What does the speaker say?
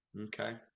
okay